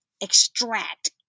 extract